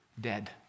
dead